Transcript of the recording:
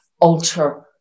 alter